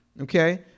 Okay